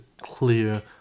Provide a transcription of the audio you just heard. clear